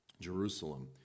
Jerusalem